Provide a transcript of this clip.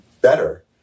better